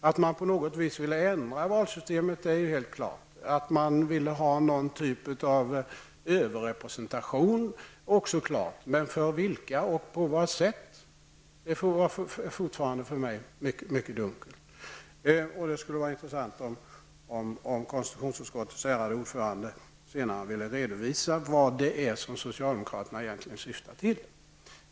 Att man på något vis ville ändra valsystemet är helt klart. Att man ville ha någon typ av överrepresentation är också klart, men för vilka och på vilket sätt är fortfarande mycket dunkelt för mig. Det skulle vara intressant om konstitutionsutskottets ärade ordförande senare ville redovisa vad socialdemokraterna egentligen syftar till.